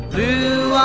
Blue